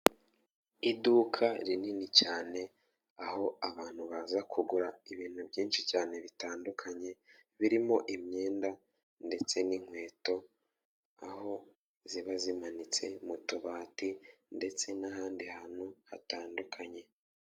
Iduka rinini cyane aho abantu baza kugura ibintu byinshi cyane bitandukanye birimo imyenda ndetse n'inkweto, aho ziba zimanitse mu tubati ndetse n'ahandi hantu hatandukanye.